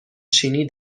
چینی